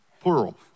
plural